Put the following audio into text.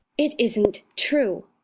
it isn't true.